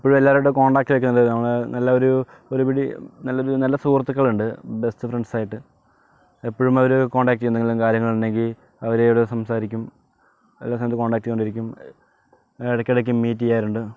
ഇപ്പോഴും എല്ലാവരും ആയിട്ട് കോൺടാക്ട് വെക്കാറുണ്ട് നമ്മൾ നല്ല ഒരു ഒരു പിടി നല്ല ഒരു നല്ല സുഹൃത്തുക്കൾ ഉണ്ട് ബെസ്ഡ് ഫ്രണ്ട്സായിട്ട് എപ്പോഴും അവർ കോൺടാക്ട് ചെയ്യും എന്തെങ്കിലും കാര്യം ഉണ്ടെങ്കില് അവരോട് സംസാരിക്കും കോൺടാക്ട് ചെയ്ത് കൊണ്ടിരിക്കും ഇടയ്ക്ക് ഇടയ്ക്ക് മീറ്റ് ചെയ്യാറുണ്ട്